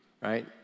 right